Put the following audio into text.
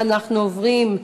אינו נוכח,